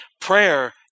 Prayer